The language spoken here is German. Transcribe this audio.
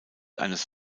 eines